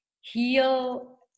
heal